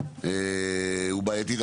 היא בעייתית,